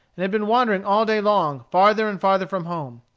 and had been wandering all day long farther and farther from home.